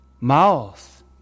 mouth